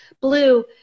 blue